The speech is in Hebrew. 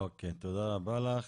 אוקיי תודה רבה לך.